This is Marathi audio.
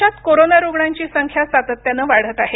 देशात कोरोना रुग्णांची संख्या सातत्यानं वाढत आहे